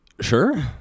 sure